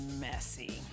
messy